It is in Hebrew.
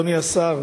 אדוני השר,